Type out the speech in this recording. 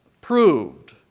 proved